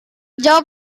jawab